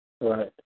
Right